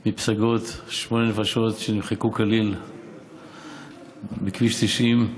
מפסגות, שמונה נפשות שנמחקו כליל בכביש 90,